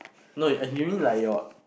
no I you mean like your